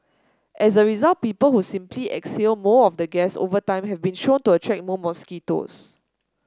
as a result people who simply exhale more of the gas over time have been shown to attract more mosquitoes